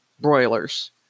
broilers